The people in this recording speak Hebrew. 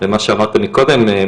ומה שאמרתם קודם,